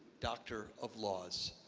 doctor of laws.